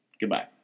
Goodbye